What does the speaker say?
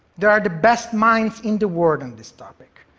there are the best minds in the world on this topic.